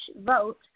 vote